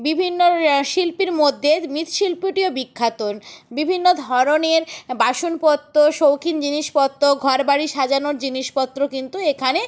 বিভিন্ন শিল্পের মধ্যে মৃৎশিল্পটিও বিখ্যাত বিভিন্ন ধরনের বাসনপত্র শৌখিন জিনিসপত্র ঘর বাড়ি সাজানোর জিনিসপত্র কিন্তু এখানে